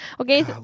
Okay